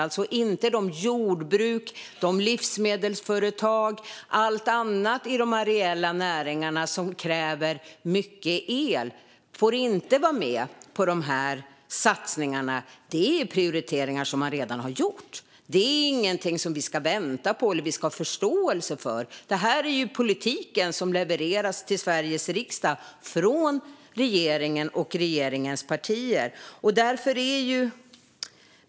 Man har inte inkluderat de jordbruk och livsmedelsföretag och allt annat i de areella näringarna som kräver mycket el. De får inte vara med på satsningarna. Dessa prioriteringar har man redan gjort. Det är ingenting som vi ska vänta på eller ha förståelse för. Detta är den politik som levereras till Sveriges riksdag från regeringen och dess partier.